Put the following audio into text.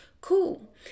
cool